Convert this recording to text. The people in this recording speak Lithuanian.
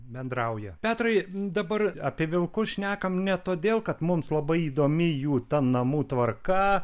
bendrauja petrai dabar apie vilkus šnekam ne todėl kad mums labai įdomi jų ta namų tvarka